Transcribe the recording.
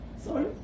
Sorry